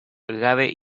gabe